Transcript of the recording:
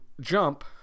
jump